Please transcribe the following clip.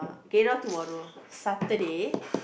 okay not tomorrow Saturday